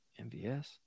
MVS